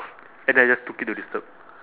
and then I just took it to disturb